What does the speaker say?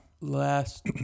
last